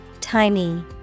Tiny